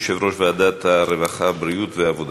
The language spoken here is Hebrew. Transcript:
יו"ר ועדת העבודה, הרווחה והבריאות.